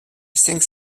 cinq